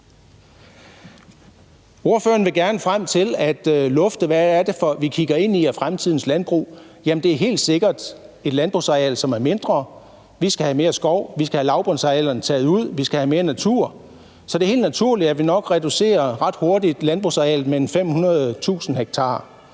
Ordføreren vil gerne frem til, hvad det er, vi kigger ind i med hensyn til fremtidens landbrug. Jamen det er helt sikkert et landbrugsareal, som er mindre. Vi skal have mere skov, vi skal have lavbundsarealerne taget ud, og vi skal have mere natur, så det er helt naturligt, at vi nok ret hurtigt reducerer landbrugsarealet med 500.000 ha.